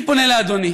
אני פונה לאדוני,